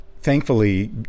thankfully